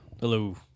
Hello